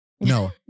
no